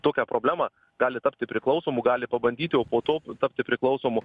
tokią problemą gali tapti priklausomu gali pabandyti o po to tapti priklausomu